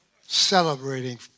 celebrating